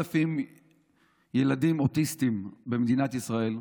כ-8,000 ילדים אוטיסטים במדינת ישראל,